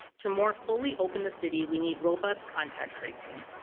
to more fully open the city we need robust contact tracing.